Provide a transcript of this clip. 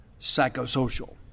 Psychosocial